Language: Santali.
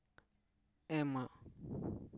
ᱮᱢᱟ